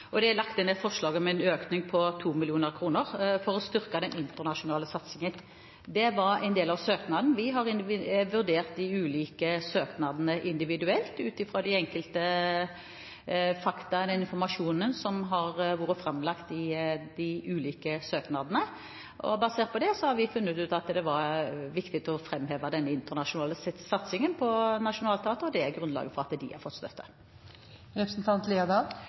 det er lagt inn et forslag om en økning på 2 mill. kr for å styrke den internasjonale satsingen. Det var en del av søknaden. Vi har vurdert de ulike søknadene individuelt ut fra de enkelte fakta og den informasjonen som har blitt framlagt. Basert på det har vi funnet ut at det er viktig å framheve den internasjonale satsingen på Nationaltheatret, og det er grunnlaget for forslaget om at de